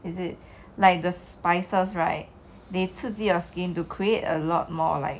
is it like the spices right they 刺激 your skin to create a lot more like